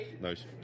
Nice